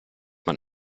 man